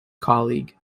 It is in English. colleague